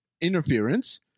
interference